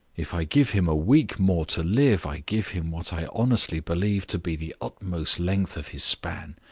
if i give him a week more to live, i give him what i honestly believe to be the utmost length of his span.